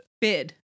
Bid